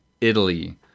Italy